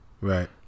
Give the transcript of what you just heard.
Right